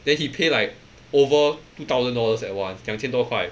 then he pay like over two thousand dollars at once 两千多块